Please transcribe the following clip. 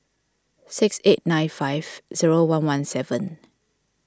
six eight nine five zero one one seven